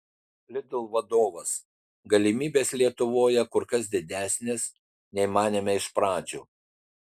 lidl vadovas galimybės lietuvoje kur kas didesnės nei manėme iš pradžių